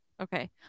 Okay